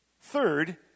Third